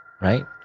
right